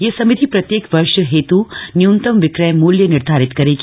यह समिति प्रत्येक वर्ष हेत् न्यूनतम विक्रय मूल्य निर्धारित करेगी